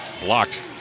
blocked